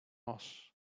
moss